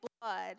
blood